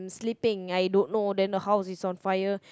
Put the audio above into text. sleeping I don't know then the house is on fire